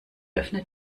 öffne